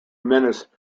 menace